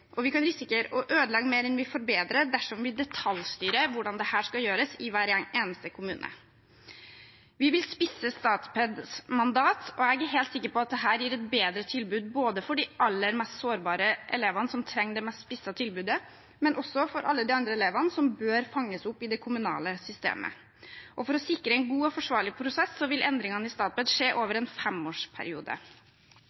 og vi kan risikere å ødelegge mer enn vi forbedrer, dersom vi detaljstyrer hvordan dette skal gjøres i hver eneste kommune. Vi vil spisse Statpeds mandat, og jeg er helt sikker på at dette gir et bedre tilbud både til de aller mest sårbare elevene, som trenger det mest spissede tilbudet, og til alle de andre elevene som bør fanges opp i det kommunale systemet. For å sikre en god og forsvarlig prosess vil endringene i Statped skje over